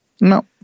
No